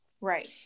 right